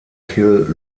kill